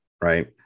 Right